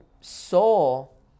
soul